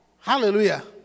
Hallelujah